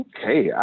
Okay